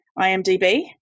IMDb